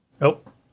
Nope